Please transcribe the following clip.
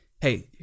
hey